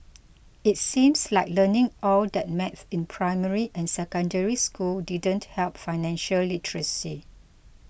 it seems like learning all that math in primary and Secondary School didn't help financial literacy